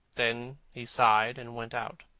then he sighed and went out.